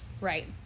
right